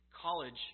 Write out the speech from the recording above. college